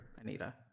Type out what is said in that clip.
Anita